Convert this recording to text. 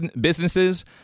businesses